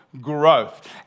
growth